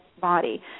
body